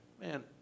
man